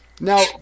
Now